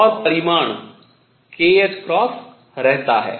और परिमाण kℏ रहता है